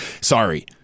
sorry